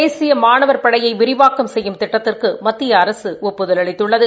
தேசிய மாணவர் படையை விரிவாக்கம் செய்யும் திட்டத்திற்கு மத்திய அரசு ஒப்புதல் அளித்துள்ளது